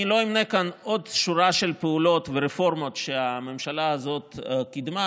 אני לא אמנה כאן עוד שורה של פעולות ורפורמות שהממשלה הזאת קידמה,